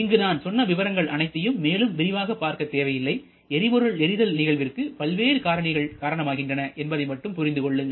இங்கு நான் சொன்ன விவரங்கள் அனைத்தையும் மேலும் விரிவாக பார்க்கத் தேவையில்லைஎரிபொருள் எரிதல் நிகழ்விற்கு பல்வேறு காரணிகள் காரணமாகின்றன என்பதை மட்டும் புரிந்து கொள்ளுங்கள்